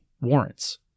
warrants